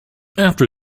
after